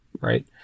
right